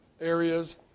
areas